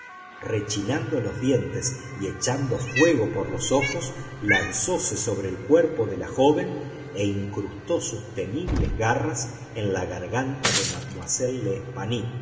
rechinando los dientes y echando fuego por los ojos lanzóse sobre el cuerpo de la joven e incrustó sus temibles garras en la garganta de